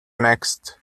next